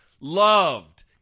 loved